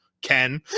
ken